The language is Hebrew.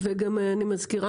וגם אני מזכירה,